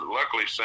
Luckily